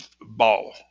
ball